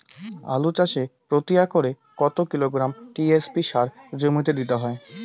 আলু চাষে প্রতি একরে কত কিলোগ্রাম টি.এস.পি সার জমিতে দিতে হয়?